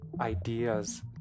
ideas